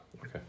okay